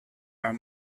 are